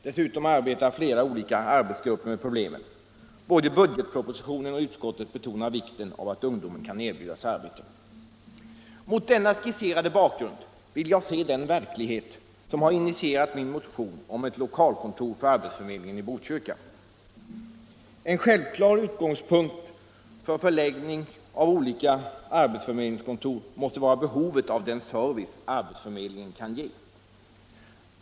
Dessutom arbetar flera olika arbetsgrupper med problemen. Både budgetpropositionen och utskottet betonar vikten av att ungdomen kan erbjudas arbete. Det är mot denna bakgrund man har att se den verklighet som givit anledning till min motion om ett lokalkontor för arbetsförmedling i Botkyrka. En självklar utgångspunkt för beslut om förläggning av olika arbetsförmedlingskontor måste vara behovet av den service arbetsförmedlingen kan ge.